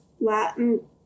Latin